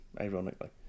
ironically